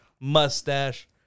mustache